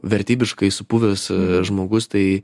vertybiškai supuvęs žmogus tai